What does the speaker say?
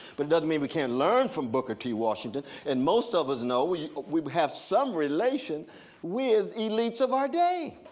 but it doesn't mean we can't learn from booker t. washington. and most of us know we we have some relation with elites of our day.